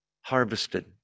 harvested